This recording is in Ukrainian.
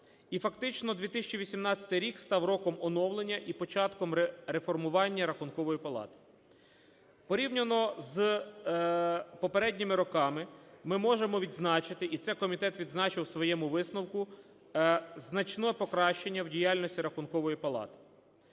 І фактично 2018 рік став роком оновлення і початком реформування Рахункової палати. Порівняно з попередніми роками ми можемо відзначити, і це комітет відзначив у своєму висновку, значне покращення в діяльності Рахункової палати.